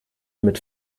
mit